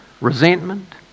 resentment